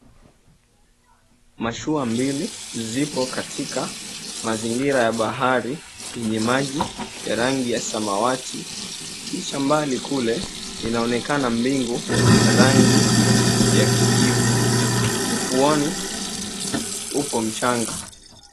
Mashua mbili zipo katika mazingira ya bahari yenye maji ya rangi ya samawati, kisha mbali kule inaonekana mbingu rangi ya kijivu. Ufuoni upo mchanga.